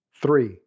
Three